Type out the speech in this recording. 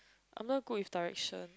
I'm not good with direction